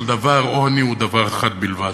עוני הוא דבר אחד בלבד: